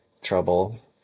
trouble